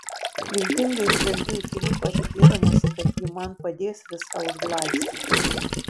viltingai žvelgiu į filipą tikėdamasi kad ji man padės viską užglaistyti